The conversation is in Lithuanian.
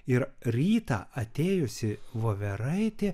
ir rytą atėjusi voveraitė